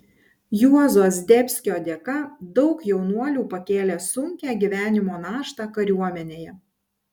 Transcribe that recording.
juozo zdebskio dėka daug jaunuolių pakėlė sunkią gyvenimo naštą kariuomenėje